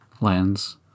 lens